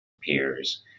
peers